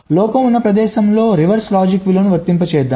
లోపం ఉన్న ప్రదేశంలో రివర్స్ లాజిక్ విలువలు వర్తింప చేద్దాం